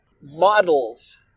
models